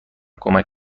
کمک